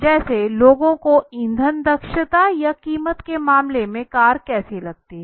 जैसे लोगों को ईंधन दक्षता या कीमत के मामले में कार कैसी लगती है